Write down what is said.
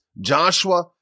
Joshua